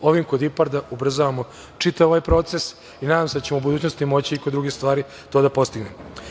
Ovim kod IPARDA ubrzavamo čitav ovaj proces i nadam se da ćemo u budućnosti moći i kod drugih stvari to da postignemo.